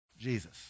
Jesus